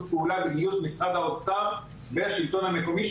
פעולה בגיוס משרד האוצר והשלטון המקומי,